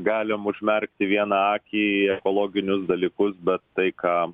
galim užmerkti vieną akį į ekologinius dalykus bet tai ką